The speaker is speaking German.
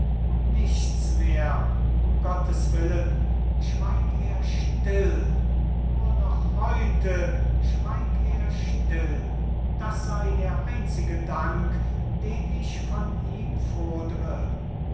nichts mehr um gotteswillen schweig er still nur noch heute schweig er still das sei der einzige dank den ich von ihm fordre